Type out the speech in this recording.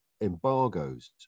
embargoes